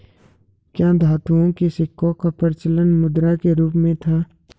क्या धातुओं के सिक्कों का प्रचलन मुद्रा के रूप में था?